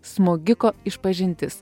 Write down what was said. smogiko išpažintis